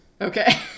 Okay